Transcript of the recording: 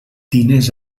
diners